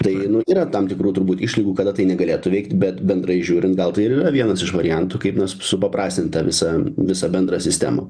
tai yra tam tikrų turbūt išlygų kada tai negalėtų veikti bet bendrai žiūrint gal tai ir yra vienas iš variantų kaip supaprastint tą visą visą bendrą sistemą